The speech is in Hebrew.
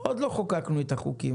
עוד לא חוקקנו את החוקים,